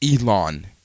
Elon